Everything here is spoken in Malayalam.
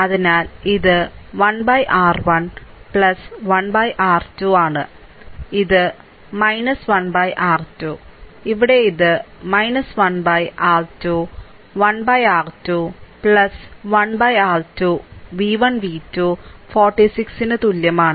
അതിനാൽ ഇത് 1 R1 1 R 2 ആണ് ഇത് 1 R2 ഇവിടെ ഇതു 1 R21 R 2 1 R2 v 1 v 2 4 6ന് തുല്യമാണ്